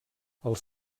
els